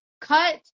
cut